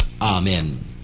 amen